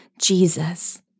Jesus